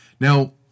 Now